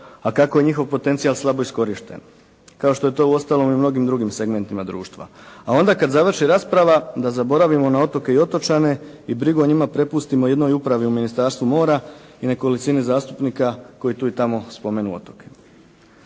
a kako je njihov potencijal slabo iskorišten kao što je to uostalom i u mnogim drugim segmentima društva. A onda kad završi rasprava da zaboravimo na otoke i otočane i brigu o njima prepustimo jednoj upravi u Ministarstvu mora i nekolicini zastupnika koji tu i tamo spomenu otoke.